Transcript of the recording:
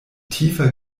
tiefer